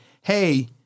hey